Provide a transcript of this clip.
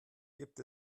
gibt